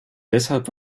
deshalb